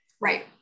Right